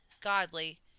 godly